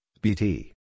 bt